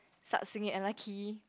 start singing and I key